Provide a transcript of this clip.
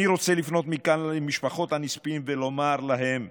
אני רוצה לפנות מכאן למשפחות הנספים ולומר להן: